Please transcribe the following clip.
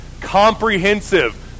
comprehensive